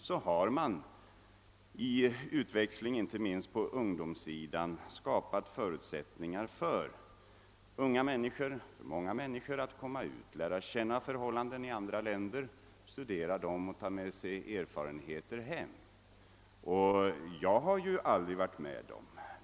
Man har genom utväxling av inte minst ungdomar skapat förutsättningar för många människor att komma ut och lära känna förhållanden i andra länder och att få erfarenheter, som de kan ta med sig hem.